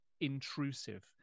intrusive